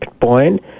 point